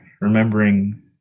remembering